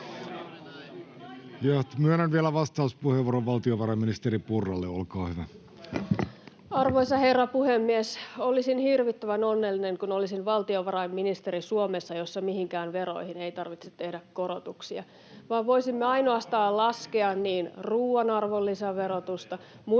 Myönnän vielä vastauspuheenvuoron valtiovarainministeri Purralle. — Olkaa hyvä. Arvoisa herra puhemies! Olisin hirvittävän onnellinen, jos olisin valtiovarainministeri Suomessa, jossa mihinkään veroihin ei tarvitsisi tehdä korotuksia [Antti Kurvinen: Ruokaa verotatte